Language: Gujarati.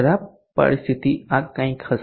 ખરાબ પરિસ્થિતિ આ કંઈક હશે